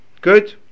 Good